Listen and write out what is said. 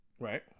Right